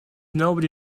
nobody